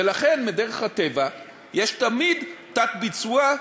ולכן בדרך הטבע תמיד יש תת-ביצוע.